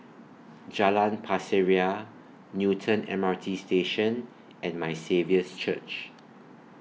Jalan Pasir Ria Newton M R T Station and My Saviour's Church